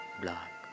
black